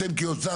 אתם כאוצר,